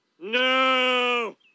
No